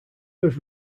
have